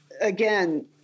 again